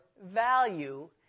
value